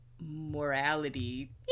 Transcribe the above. morality